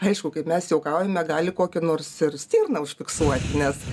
aišku kaip mes juokaujame gali kokią nors stirną užfiksuoti nes